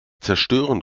zerstören